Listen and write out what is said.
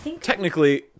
Technically